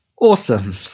Awesome